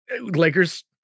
Lakers